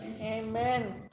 Amen